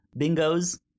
bingos